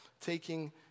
taking